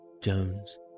Jones